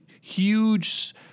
huge